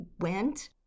went